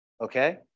okay